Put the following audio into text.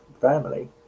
family